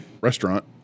restaurant